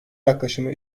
yaklaşımı